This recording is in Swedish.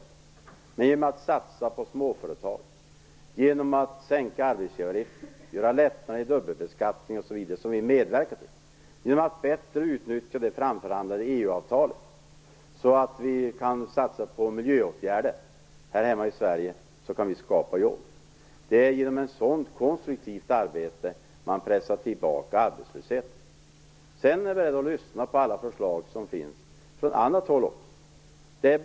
Vi kan skapa jobb genom att satsa på småföretag, sänka arbetsgivaravgiften, införa lättnader i dubbelbeskattningen och genom att bättre utnyttja det framförhandlade EU-avtalet så att vi kan satsa på miljöåtgärder här hemma i Sverige. Det är genom sådant konstruktivt arbete man pressar tillbaka arbetslösheten. Jag är beredd att lyssna på alla förslag som finns från annat håll.